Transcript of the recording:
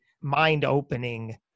mind-opening